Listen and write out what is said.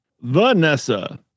Vanessa